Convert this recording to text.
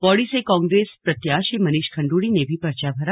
पौड़ी से कांग्रेस प्रत्याशी मनीष खंडूड़ी ने भी पर्चा भरा